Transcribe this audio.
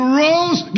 rose